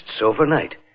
overnight